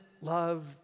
love